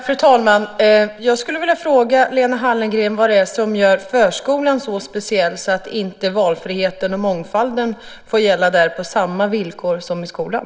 Fru talman! Jag skulle vilja fråga Lena Hallengren vad det är som gör förskolan så speciell att valfriheten och mångfalden inte får gälla där på samma villkor som i skolan.